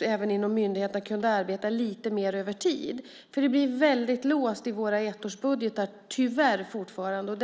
även inom myndigheterna kunde arbeta lite mer över tid. Det blir väldigt låst i våra ettårsbudgetar fortfarande, tyvärr.